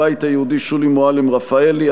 הבית היהודי: שולי מועלם-רפאלי.